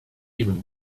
even